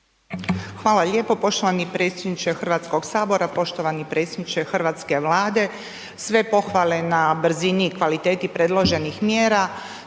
Hvala lijepo poštovani predsjedniče HS. Poštovani predsjedniče hrvatske Vlade, sve pohvale na brzini i kvaliteti predloženih mjera,